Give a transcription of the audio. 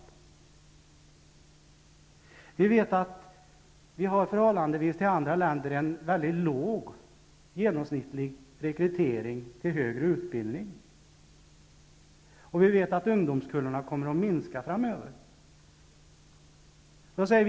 Vi vet att vi i förhållande till andra länder har en väldigt låg genomsnittlig rekrytering till högre utbildning och att ungdomskullarna framöver kommer att minska.